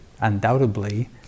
undoubtedly